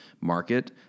market